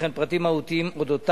וכן פרטים מהותיים עליו.